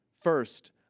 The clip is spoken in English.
First